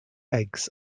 eggs